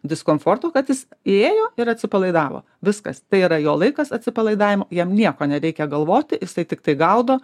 diskomforto kad jis įėjo ir atsipalaidavo viskas tai yra jo laikas atsipalaidavimo jam nieko nereikia galvoti jisai tiktai gaudo